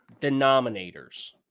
denominators